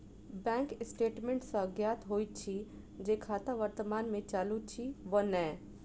bank statement सॅ ज्ञात होइत अछि जे खाता वर्तमान मे चालू अछि वा नै